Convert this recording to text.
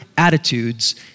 attitudes